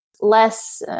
less